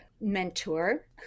mentor